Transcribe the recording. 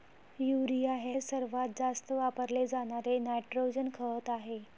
urea हे सर्वात जास्त वापरले जाणारे नायट्रोजन खत आहे